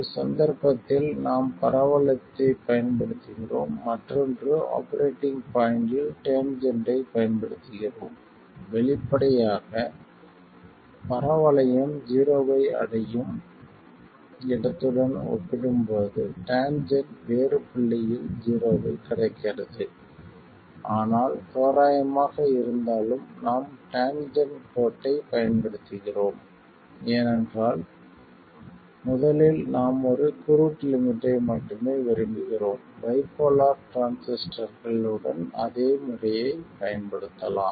ஒரு சந்தர்ப்பத்தில் நாம் பரவளையத்தைப் பயன்படுத்துகிறோம் மற்றொன்று ஆபரேட்டிங் பாய்ண்டில் டேன்ஜென்ட்டைப் பயன்படுத்துகிறோம் வெளிப்படையாக பரவளையம் ஜீரோவை அடையும் இடத்துடன் ஒப்பிடும்போது டேன்ஜென்ட் வேறு புள்ளியில் ஜீரோவைக் கடக்கிறது ஆனால் தோராயமாக இருந்தாலும் நாம் டேன்ஜென்ட் கோட்டைப் பயன்படுத்துகிறோம் ஏனென்றால் முதலில் நாம் ஒரு குரூட் லிமிட்டை மட்டுமே விரும்புகிறோம் பைபோலார் டிரான்சிஸ்டர்கள் உடன் அதே முறையைப் பயன்படுத்தலாம்